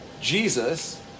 Jesus